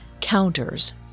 Counters